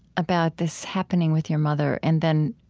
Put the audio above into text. about this happening with your mother and then